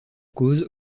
cause